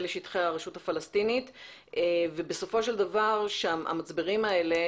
לשטחי הרשות הפלסטינית ובסופו של דבר המצברים האלה,